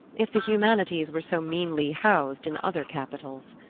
if the humanities were so meanly housed in other capitals.